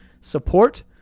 support